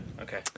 Okay